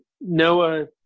Noah